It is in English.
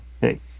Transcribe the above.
hey